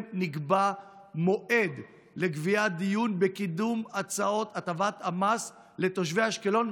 נקבע מועד לדיון בקידום הצעות הטבת המס לתושבי אשקלון,